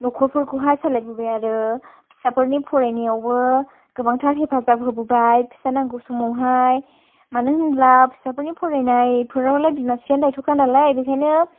न'खरफोरखौ सोलायबोबाय आरो फिसाफोरनि फरायनायावबो गोबांथार हेफाजाब होबोबाय फैसा नांगौ समावहाय मानो होनोब्ला फिसाफोरनि फरायनाय फोरावलाय बिमा बिफायानो दायथ'खा नालाय बेखायनो